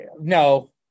no